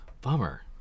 bummer